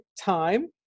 time